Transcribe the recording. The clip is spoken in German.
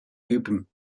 üben